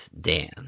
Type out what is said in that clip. Dan